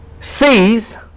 sees